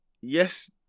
yes